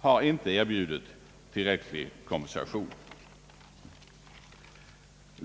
har inte erbjudit tillräcklig kompensation.